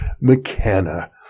McKenna